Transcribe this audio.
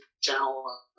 channel